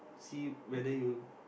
see whether you